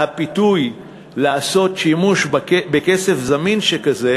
והפיתוי לעשות שימוש בכסף זמין שכזה